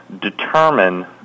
determine